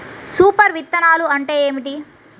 Super విత్తనాలు అంటే ఏమిటి?